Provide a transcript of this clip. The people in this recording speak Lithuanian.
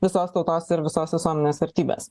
visos tautos ir visos visuomenės vertybės